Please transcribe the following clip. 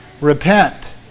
repent